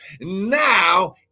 Now